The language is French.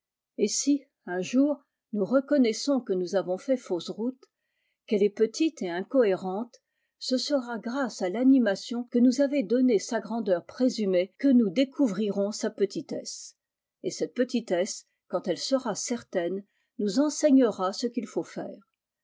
et si un jour nous reconnais ons que nous avons fait fausse route qu'elle est petite et incohérente ce sera grâce à l'animation que nous avait donnée sa grandeur présumée que nous découvrirons sa petitesse et cette petitesse quand elle sera certaine nous enseignera ce qu'il aut faire